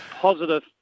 positive